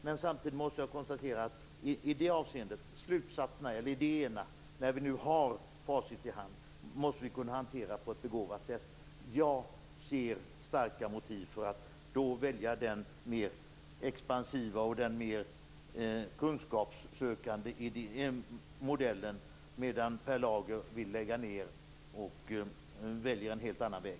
Men samtidigt måste jag konstatera att vi, när vi nu har facit i hand, måste kunna hantera idéerna på ett begåvat sätt. Jag ser starka motiv för att då välja den mer expansiva och kunskapssökande modellen, medan Per Lager väljer en helt annan väg.